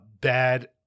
bad